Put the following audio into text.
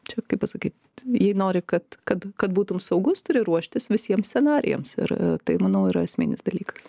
čia kaip pasakyt jei nori kad kad kad būtum saugus turi ruoštis visiems scenarijams ir tai manau yra esminis dalykas